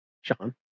Sean